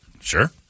Sure